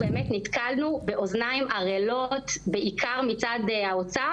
נתקלנו באוזניים ערלות בעיקר מצד האוצר,